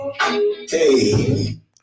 Hey